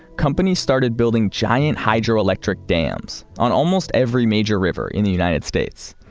companies started building giant, hydroelectric dams on almost every major river in the united states.